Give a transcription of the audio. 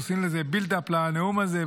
עושים איזה build up לנאום הזה,